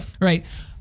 Right